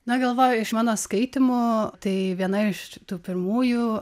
na galvoju iš mano skaitymų tai viena iš tų pirmųjų